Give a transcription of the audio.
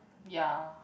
ya